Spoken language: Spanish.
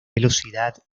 velocidad